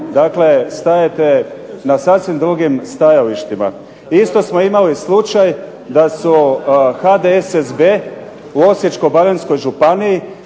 znači stajete na sasvim drugim stajalištima. I isto smo imali slučaj da su HDSSB u Osječko-baranjskoj županiji,